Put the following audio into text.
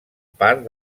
part